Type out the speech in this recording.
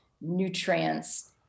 nutrients